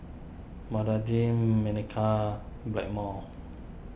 Manicare Blackmores